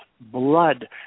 blood